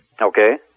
Okay